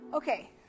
Okay